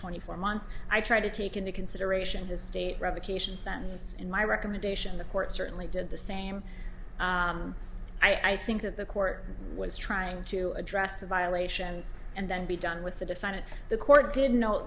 twenty four months i try to take into consideration his state revocation sentence in my recommendation the court certainly did the same i think that the court was trying to address the violations and then be done with the defendant the court did note